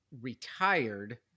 retired